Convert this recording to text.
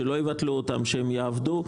שלא יבטלו אותן ושהן יעבדו.